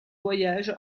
voyage